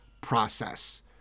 process